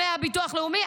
דמי הביטוח הלאומי,